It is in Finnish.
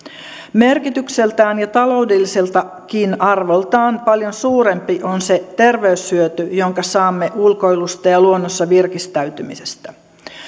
merkitykseltään ja taloudelliseltakin arvoltaan paljon suurempi on se terveyshyöty jonka saamme ulkoilusta ja luonnossa virkistäytymisestä